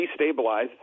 destabilize